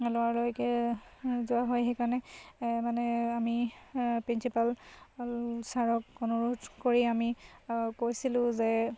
লৰালৰিকৈ যোৱা হয় সেইকাৰণে মানে আমি প্ৰিন্সিপাল ছাৰক অনুৰোধ কৰি আমি কৈছিলোঁ যে